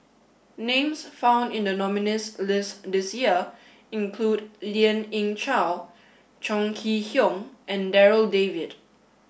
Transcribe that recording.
names found in the nominees' list this year include Lien Ying Chow Chong Kee Hiong and Darryl David